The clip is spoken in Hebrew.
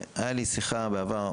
הייתה לי שיחה בעבר,